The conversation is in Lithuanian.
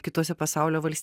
kitose pasaulio valst